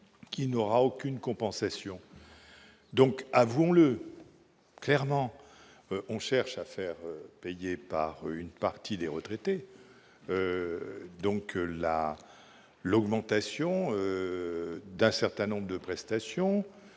n'aura aucune compensation. Avouons-le clairement : on cherche à faire payer par une partie des retraités l'augmentation d'un certain nombre de prestations,